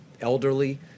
elderly